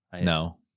No